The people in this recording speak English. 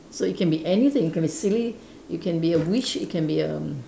so it can be anything it can be silly it can be a wish it can be erm